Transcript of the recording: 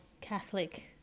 Catholic